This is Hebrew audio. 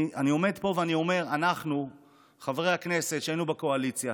אני עומד פה ואני אומר: אנחנו חברי הכנסת שהיינו בקואליציה,